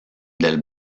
del